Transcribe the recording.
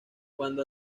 cuando